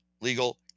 legal